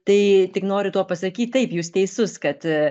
tai tik noriu tuo pasakyt taip jūs teisus kad